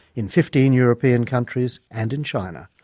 in fifteen european countries and in china.